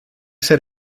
ser